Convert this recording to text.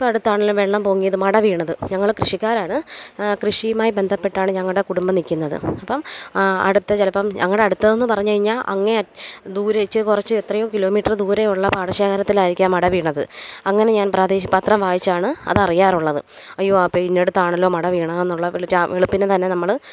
ഇപ്പം അടുത്താണല്ലോ വെള്ളം പൊങ്ങിയത് മട വീണത് ഞങ്ങൾ കൃഷിക്കാരാണ് കൃഷിയുമായി ബന്ധപ്പെട്ടാണ് ഞങ്ങളുടെ കുടുംബം നിൽക്കുന്നത് അപ്പം അടുത്തത് ചിലപ്പം ഞങ്ങടടുത്തെന്ന് പറഞ്ഞ് കഴിഞ്ഞാൽ അങ്ങേ ദൂരേക്ക് ഇച് കുറച്ച് എത്രയോ കിലോമീറ്ററ് ദൂരെയുള്ള പാടശേഖരത്തിലായിരിക്കാം മട വീണത് അങ്ങനെ ഞാൻ പ്രാദേശിക പത്രം വായിച്ചാണ് അതറിയാറുള്ളത് അയ്യോ അപ്പം ഇന്നടുത്താണല്ലോ മട വീണതെന്നുള്ള വെളുപ്പിനെ വെളുപ്പിനെ തന്നെ നമ്മൾ